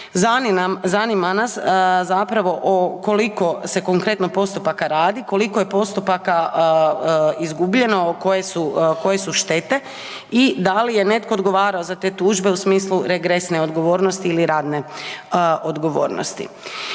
Zanima nas zapravo o koliko se konkretno postupaka radi, koliko je postupaka izgubljeno, koje su štete i da li je netko odgovarao za te tužbe u smislu regresne odgovornosti ili radne odgovornosti.